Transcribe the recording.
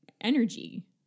energy